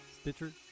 Stitcher